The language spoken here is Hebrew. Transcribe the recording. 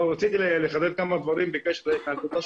אבל רציתי לחדד כמה דברים בקשר להתנהגותה